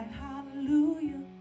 hallelujah